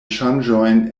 ŝanĝojn